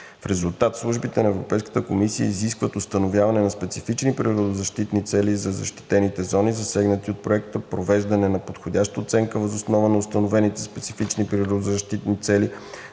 В резултат службите на Европейската комисия изискват установяване на специфични природозащитни цели за защитените зони, засегнати от Проекта, провеждане на подходяща оценка въз основа на установените специфични природозащитни цели